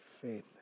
faith